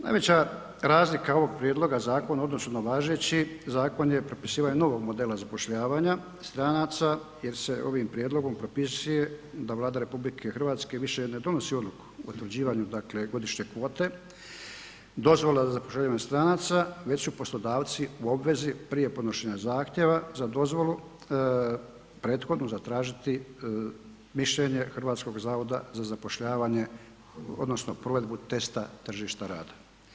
Najveća razlika ovog prijedloga zakona u odnosu na važeći zakon je propisivanje novog modela zapošljavanja stranca jer se ovim prijedlogom propisuje da Vlada RH više ne donosi odluku o utvrđivanju godišnje kvote dozvola za zapošljavanje stranca već su poslodavci u obvezi prije podnošenja zahtjeva za dozvolu prethodnu zatražiti mišljenje HZZ-a odnosno provedbu testa tržišta rada.